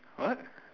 what